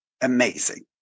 amazing